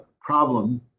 problem